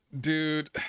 dude